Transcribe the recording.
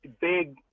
big